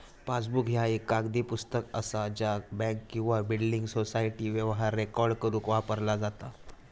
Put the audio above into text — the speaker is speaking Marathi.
पासबुक ह्या एक कागदी पुस्तक असा ज्या बँक किंवा बिल्डिंग सोसायटी व्यवहार रेकॉर्ड करुक वापरला जाता